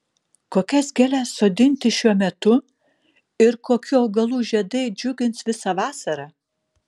kokias gėles sodinti šiuo metu ir kokių augalų žiedai džiugins visą vasarą